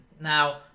now